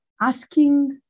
asking